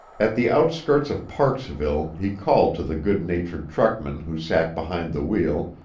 at the outskirts of parksville he called to the good-natured truckman who sat behind the wheel,